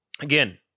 Again